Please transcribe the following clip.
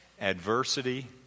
adversity